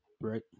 right